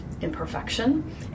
imperfection